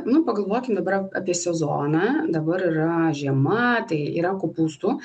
nu pagalvokim dabar apie sezoną dabar yra žiema tai yra kopūstų